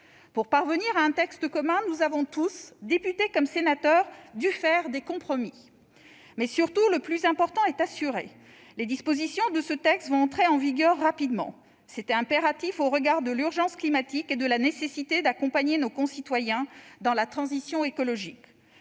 Pour parvenir à un texte commun, nous avons tous, députés comme sénateurs, dû faire des compromis. Surtout, le plus important est assuré : les dispositions de ce texte vont entrer en vigueur rapidement. C'était impératif au regard de l'urgence climatique et de la nécessité d'accompagner nos concitoyens dans la transition écologique.